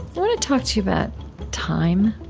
want to talk to you about time,